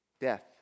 Death